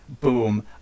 boom